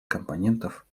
компонентов